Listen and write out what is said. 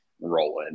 rolling